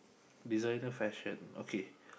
designer fashion okay